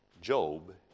Job